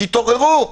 תתעוררו.